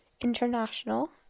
international